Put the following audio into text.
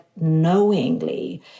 knowingly